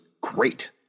great